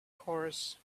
horse